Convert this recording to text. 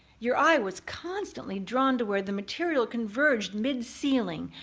your eye was constantly drawn to where the material converged mid-ceiling,